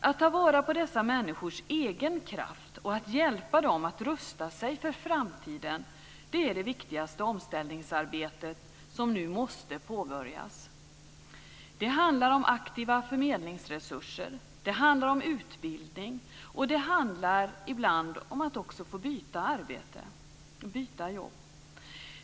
Att ta vara på dessa människors egen kraft och att hjälpa dem att rusta sig för framtiden är det viktigaste omställningsarbetet och det måste påbörjas nu. Det handlar om aktiva förmedlingsresurser, det handlar om utbildning och det handlar ibland också om att få byta arbete.